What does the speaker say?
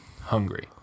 Hungry